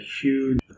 huge